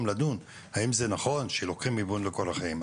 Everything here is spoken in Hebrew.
לדון האם זה נכון שלוקחים היוון לכל החיים?